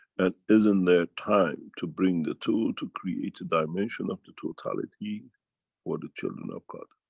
and isn't there time to bring the two to create a dimension of the totality for the children of god?